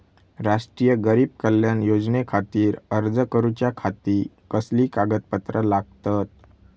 राष्ट्रीय गरीब कल्याण योजनेखातीर अर्ज करूच्या खाती कसली कागदपत्रा लागतत?